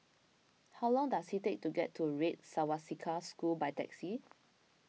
how long does it take to get to Red Swastika School by taxi